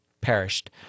Perished